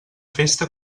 festa